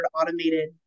automated